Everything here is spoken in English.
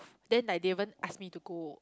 then like they even ask me to go